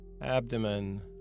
abdomen